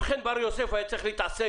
אם חן בר יוסף וחבריו היו צריכים להתעסק